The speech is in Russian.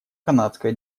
канадская